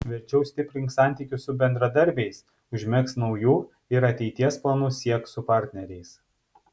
verčiau stiprink santykius su bendradarbiais užmegzk naujų ir ateities planus siek su partneriais